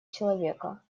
человека